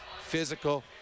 Physical